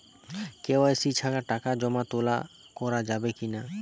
KYC ছাড়া টাকা জমা তোলা করা যাবে কি না?